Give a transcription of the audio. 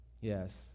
Yes